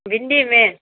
भिंडीमे